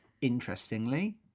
interestingly